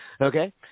Okay